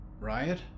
riot